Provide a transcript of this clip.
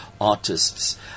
artists